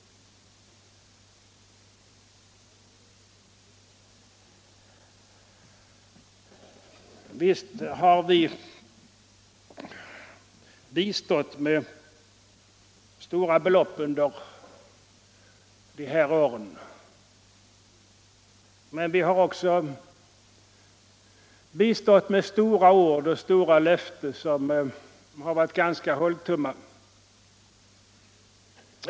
Visst har vi bistått med stora belopp under de här åren, men vi har också bistått med stora ord och stora löften som varit mer eller mindre tomma.